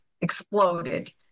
exploded